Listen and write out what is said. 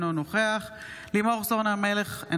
אינו נוכח לימור סון הר מלך,